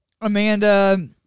Amanda